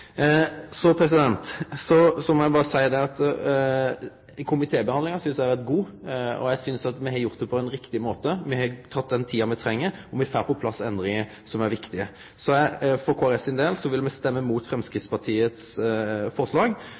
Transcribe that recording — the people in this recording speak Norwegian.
Så må eg berre seie at eg synest komitébehandlinga har vore god. Eg synest me har gjort dette på ein riktig måte. Me har teke den tida me treng, og me får på plass endringar som er viktige. Kristeleg Folkeparti vil stemme imot Framstegspartiets forslag. Me